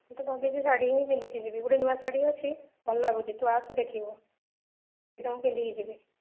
ମୁଁ ତ ମନ୍ଦିରକୁ ଶାଢ଼ି ହିଁ ପିନ୍ଧି କି ଯିବି ଗୋଟିଏ ନୂଆ ଶାଢ଼ୀ ଅଛି ଭଲ ଲାଗୁଛି ତୁ ଆସେ ଦେଖିବୁ